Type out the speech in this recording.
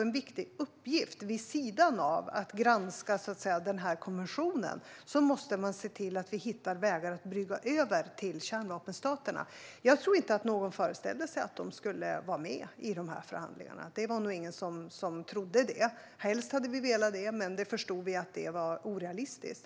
En viktig uppgift vid sidan av att granska konventionen måste vara att skapa vägar att brygga över till kärnvapenstaterna. Jag tror inte att någon föreställer sig att dessa stater skulle vara med i förhandlingarna. Det var nog ingen som trodde det. Vi hade helst velat det, men vi förstod att det var orealistiskt.